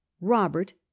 Robert